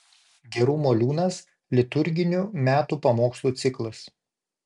gerumo liūnas liturginių metų pamokslų ciklas